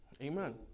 Amen